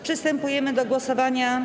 Przystępujemy do głosowania.